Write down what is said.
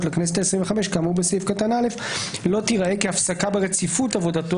לכנסת העשרים וחמש כאמור בסעיף קטן (א) לא תיראה כהפסקה ברציפות עבודתו